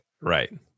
Right